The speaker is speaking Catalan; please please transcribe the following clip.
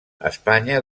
espanya